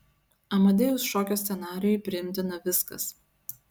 amadeus šokio scenarijui priimtina viskas